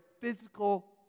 physical